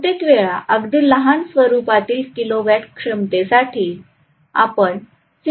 बहुतेक वेळा अगदी लहान स्वरूपातील किलोवॅट क्षमतेसाठी आपण सिंगल फेज मशीन वापरतो